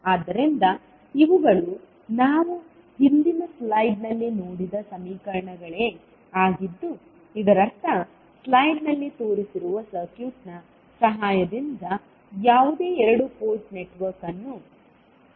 ಆದ್ದರಿಂದ ಇವುಗಳು ನಾವು ಹಿಂದಿನ ಸ್ಲೈಡ್ನಲ್ಲಿ ನೋಡಿದ ಸಮೀಕರಣಗಳೇ ಆಗಿದ್ದು ಇದರರ್ಥ ಸ್ಲೈಡ್ನಲ್ಲಿ ತೋರಿಸಿರುವ ಸರ್ಕ್ಯೂಟ್ನ ಸಹಾಯದಿಂದ ಯಾವುದೇ ಎರಡು ಪೋರ್ಟ್ ನೆಟ್ವರ್ಕ್ ಅನ್ನು ಸಮಾನವಾಗಿ ಪ್ರತಿನಿಧಿಸಬಹುದು